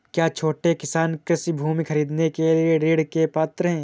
क्या छोटे किसान कृषि भूमि खरीदने के लिए ऋण के पात्र हैं?